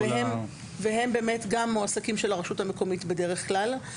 -- והם גם מועסקים של הרשות המקומית בדרך כלל.